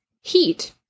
heat